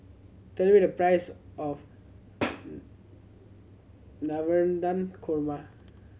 tell me the price of Navratan Korma